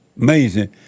Amazing